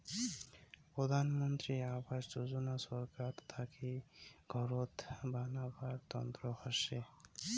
প্রধান মন্ত্রী আবাস যোজনা ছরকার থাকি ঘরত বানাবার তন্ন হসে